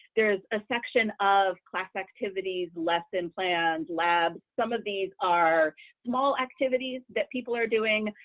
there's a section of class activities, lesson plans, labs. some of these are small activities that people are doing.